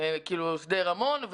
שדה רמון,